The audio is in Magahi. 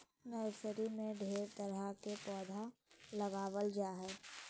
नर्सरी में ढेर तरह के पौधा लगाबल जा हइ